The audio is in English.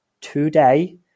today